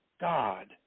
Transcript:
God